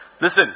Listen